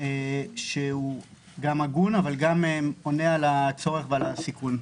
שהוא גם הגון ועם עונה על הצורך ועל הסיכון.